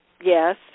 Yes